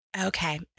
Okay